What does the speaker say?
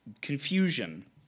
confusion